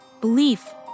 belief